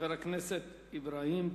חבר הכנסת אברהים צרצור.